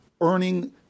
earning